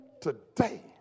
today